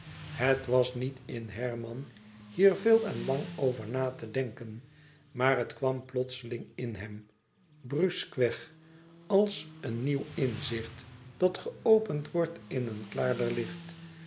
het was niet in herman hier veel en lang over na te denken maar het kwam plotseling tot hem bruskweg als een nieuw uitzicht dat geopend wordt in klaarder licht